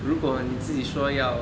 如果你自己说要